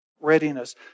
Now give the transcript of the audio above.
readiness